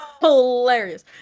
Hilarious